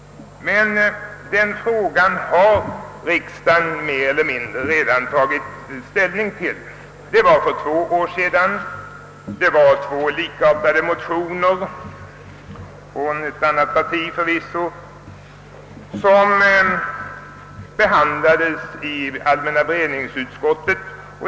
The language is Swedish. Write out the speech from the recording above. Men den frågan har riksdagen redan tagit ställning till. För två år sedan behandlades nämligen två likartade motioner — förvisso från ett annat parti — i allmänna beredningsutskottet.